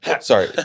Sorry